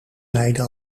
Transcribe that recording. leidde